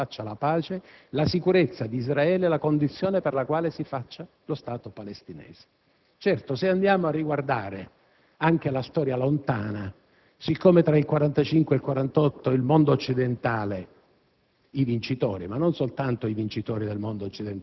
la sicurezza di Israele è la condizione perché si faccia la pace, la sicurezza di Israele è la condizione per la quale si faccia lo Stato palestinese. Certo, se andiamo a riguardare la storia lontana (tra il 1945 e il 1948 il mondo occidentale,